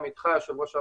איתך, יושב ראש הוועדה,